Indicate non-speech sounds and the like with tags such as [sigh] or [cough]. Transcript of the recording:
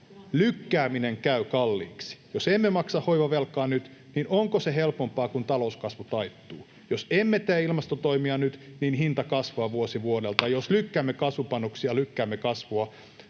lykkääminen käy kalliiksi. Jos emme maksa hoitovelkaa nyt, niin onko se helpompaa, kun talouskasvu taittuu? Jos emme tee ilmastotoimia nyt, niin hinta kasvaa vuosi vuodelta. [noise] Jos lykkäämme kasvupanoksia, lykkäämme kasvua.